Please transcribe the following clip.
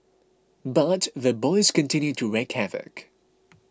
but the boys continued to wreak havoc